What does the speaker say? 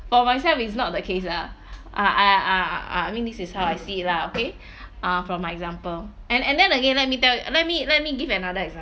for myself it's not that case ah uh I I I mean this is how I see it lah okay uh from my example and and then again let me tell let me let me give another example